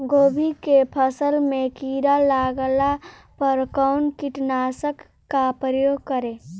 गोभी के फसल मे किड़ा लागला पर कउन कीटनाशक का प्रयोग करे?